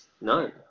No